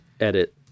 edit